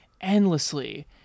endlessly